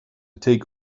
take